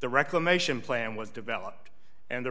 the reclamation plan was developed and the